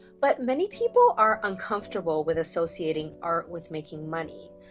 but many people are uncomfortable with associating art with making money.